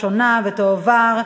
(חלוקת הטיפול בחומר חקירה בין הפרקליטות לתביעה המשטרתית),